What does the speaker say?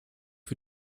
für